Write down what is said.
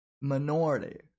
minority